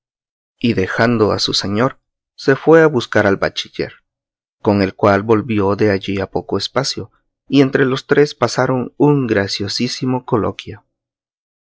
y dejando a su señor se fue a buscar al bachiller con el cual volvió de allí a poco espacio y entre los tres pasaron un graciosísimo coloquio